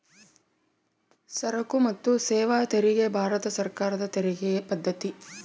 ಸರಕು ಮತ್ತು ಸೇವಾ ತೆರಿಗೆ ಭಾರತ ಸರ್ಕಾರದ ತೆರಿಗೆ ಪದ್ದತಿ